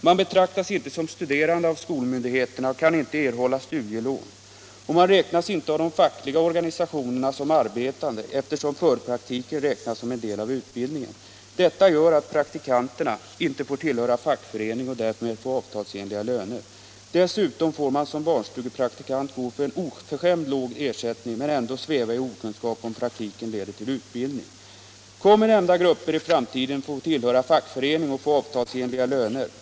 Man betraktas inte som studerande av skolmyndigheterna och kan inte erhålla studielån, och av de fackliga organisationerna räknas man inte som arbetande, eftersom förpraktiken anses som en del av utbildningen. Detta gör att praktikanterna inte får tillhöra fackförening och därmed få avtalsenliga löner. Man får som barnstugepraktikant gå för en oförskämt låg ersättning men ändå sväva i okunnighet om huruvida praktiken leder till utbildning. Kommer de nämnda grupperna att i framtiden få tillhöra fackförening och få avtalsenliga löner?